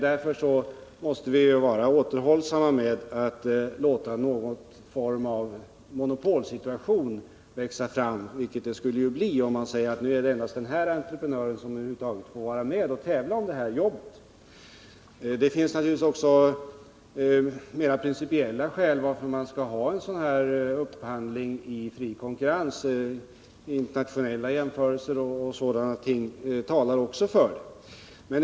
Därför måste vi vara återhållsamma med att låta det växa fram någon form av monopolsituation, vilket det skulle bli om man säger: Nu är det endast den här entreprenören som får vara med och tävla om detta jobb. Det finns naturligtvis också mer principiella skäl till att ha upphandling i fri konkurrens. Också internationella jämförelser talar för detta.